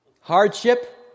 Hardship